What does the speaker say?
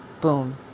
Boom